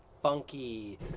Funky